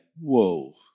whoa